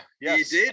yes